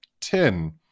ten